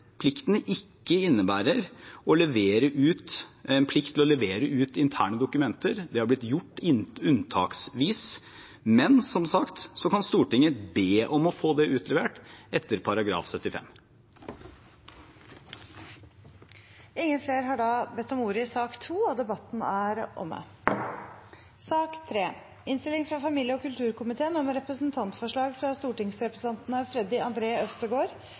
ikke innebærer en plikt til å levere ut interne dokumenter. Det har blitt gjort unntaksvis. Men, som sagt: Stortinget kan be om å få det utlevert etter § 75. Flere har ikke bedt om ordet til sak nr. 2. Etter ønske fra familie- og kulturkomiteen vil presidenten ordne debatten slik: 3 minutter til hver partigruppe og